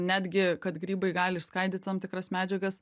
netgi kad grybai gali išskaidyt tam tikras medžiagas